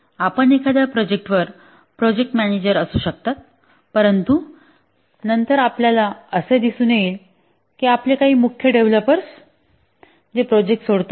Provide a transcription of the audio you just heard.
आपण एखाद्या प्रोजेक्टवर प्रोजेक्ट मॅनेजर असू शकता परंतु नंतर आपल्याला असे दिसून येईल की आपले काही मुख्य डेव्हलपर ते प्रोजेक्ट सोडतात